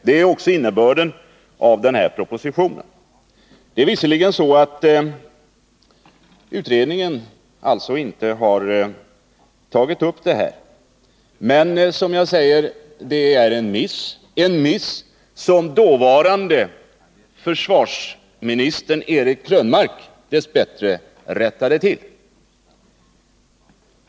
Det är också innebörden i föreliggande proposition. Visserligen har utredningen alltså inte tagit upp denna fråga. Men det är, som jag sade, en miss — som dåvarande försvarsministern Eric Krönmark dess bättre rättade till.